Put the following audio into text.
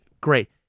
great